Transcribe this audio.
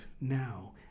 now